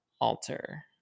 alter